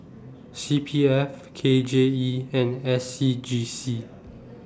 C P F K J E and S C G C